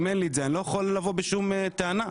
אני לא יכול לבוא בשום טענה.